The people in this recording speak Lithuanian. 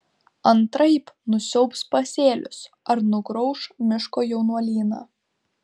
antraip nusiaubs pasėlius ar nugrauš miško jaunuolyną